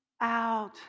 out